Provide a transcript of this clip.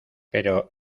pero